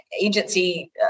agency